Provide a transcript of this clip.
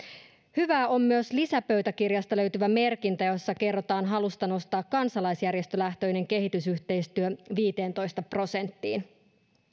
hyvää on myös lisäpöytäkirjasta löytyvä merkintä jossa kerrotaan halusta nostaa kansalaisjärjestölähtöinen kehitysyhteistyö viiteentoista prosenttiin